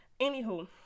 Anywho